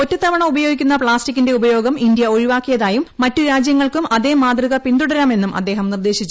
ഒറ്റത്തവണ ഉപയോഗിക്കുന്ന പ്ലാസ്റ്റിക്കിന്റെ ഉപയോഗം ഇന്ത്യ ഒഴിവാക്കിയതായും മറ്റു രാജ്യങ്ങൾക്കും അത് മാതൃക പിന്തുടരാമെന്നും അദ്ദേഹം നിർദ്ദേശിച്ചു